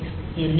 6